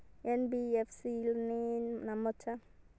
NBFC ని నమ్మచ్చా?